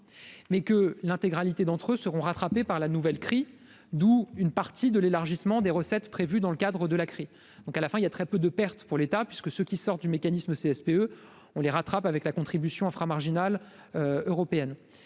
mais que l'intégralité d'entre eux seront rattrapés par la nouvelle cri d'où une partie de l'élargissement des recettes prévues dans le cadre de la crise, donc à la fin il y a très peu de pertes pour l'État puisque ceux qui sortent du mécanisme CSPE on les rattrape, avec la contribution fera marginal européenne